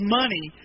money